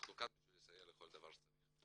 ואנחנו כאן כדי לסייע בכל דבר שצריך.